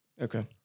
Okay